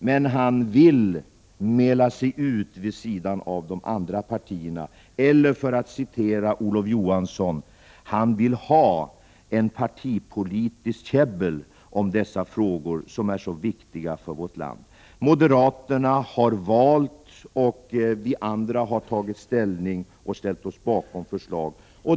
Men han vill mäla sig ut vid sidan av de andra partierna. För att säga som Olof Johansson: Han vill ha ett partipolitiskt käbbel om dessa frågor, som är så viktiga för vårt land. Moderaterna har valt, och vi andra har tagit ställning och ställt oss bakom förslaget.